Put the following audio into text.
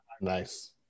Nice